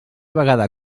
vegada